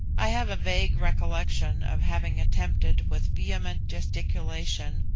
i have a vague recollection of having attempted with vehement gesticulation,